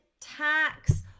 tax